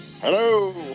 Hello